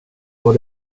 var